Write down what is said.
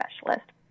specialist